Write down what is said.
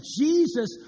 Jesus